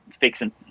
fixing